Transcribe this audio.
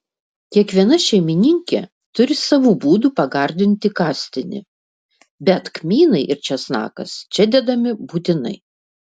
kiekviena šeimininkė turi savų būdų pagardinti kastinį bet kmynai ir česnakas čia dedami būtinai